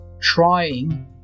Trying